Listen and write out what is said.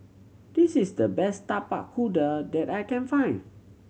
this is the best Tapak Kuda that I can find